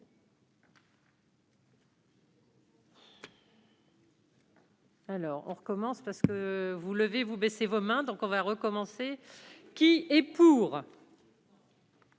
Alors on recommence parce que vous vous levez-vous : baissez vos mains, donc on va recommencer, qui est pour.